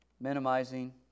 minimizing